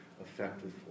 effective